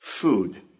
food